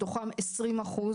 מתוכם, 20 אחוז